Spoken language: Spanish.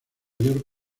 york